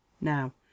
Now